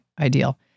ideal